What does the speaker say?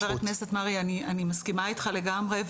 חבר הכנסת מרעי אני מסכימה איתך לגמרי,